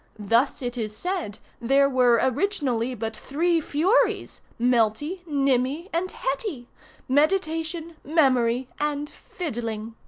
thus it is said there were originally but three furies melty, nimmy, and hetty meditation, memory, and fiddling.